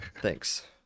thanks